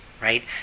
right